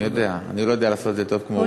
אני יודע, אני לא יודע לעשות את זה טוב כמו רובי.